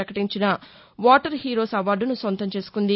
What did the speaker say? ప్రపకటించిన water heroes అవార్డును సొంతం చేసుకుంది